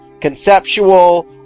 conceptual